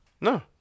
No